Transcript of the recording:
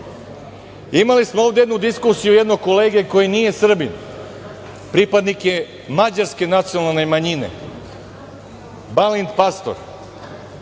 smo ovde jednu diskusiju jednog kolege koji nije Srbin. Pripadnik je mađarske nacionalne manjine, Balint Pastor.